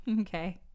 Okay